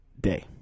day